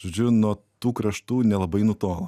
žodžiu nuo tų kraštų nelabai nutolo